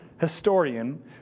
historian